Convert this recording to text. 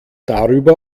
darüber